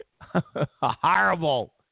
horrible